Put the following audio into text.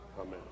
Amen